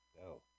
go